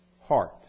heart